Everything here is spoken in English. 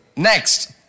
Next